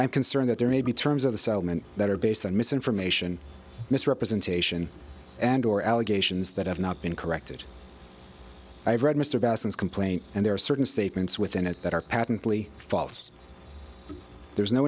i'm concerned that there may be terms of the settlement that are based on misinformation misrepresentation and or allegations that have not been corrected i have read mr basons complaint and there are certain statements within it that are patently false there's no